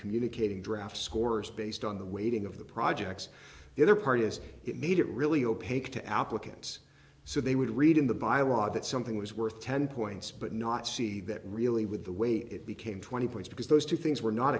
communicating draft scores based on the weighting of the projects the other party has it made it really opaque to applicants so they would read in the bylaw that something was worth ten points but not see that really with the way it became twenty points because those two things were not